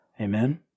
Amen